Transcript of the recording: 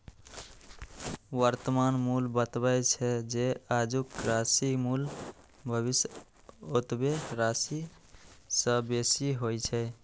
वर्तमान मूल्य बतबै छै, जे आजुक राशिक मूल्य भविष्यक ओतबे राशि सं बेसी होइ छै